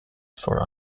for